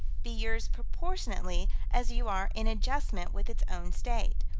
be yours proportionately as you are in adjustment with its own state,